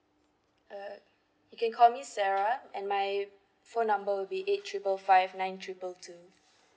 uh you can call me sarah and my phone number will be eight triple five nine triple two